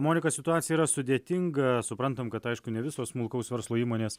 monika situacija yra sudėtinga suprantam kad aišku ne visos smulkaus verslo įmonės